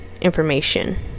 information